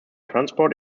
transport